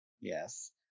Yes